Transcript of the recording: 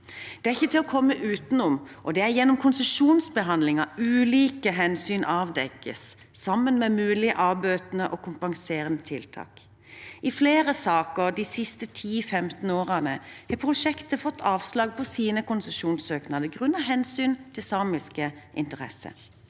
Det er ikke til å komme utenom, og det er gjennom konsesjonsbehandlingen ulike hensyn avdekkes, sammen med mulige avbøtende og kompenserende tiltak. I flere saker de siste 10–15 årene har prosjekter fått avslag på sine konsesjonssøknader grunnet hensynet til samiske interesser.